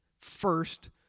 first